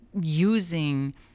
using